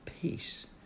peace